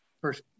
first